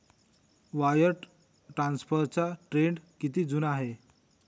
Wire ट्रान्सफरचा trend किती जुना आहे?